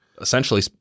essentially